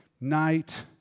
night